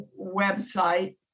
website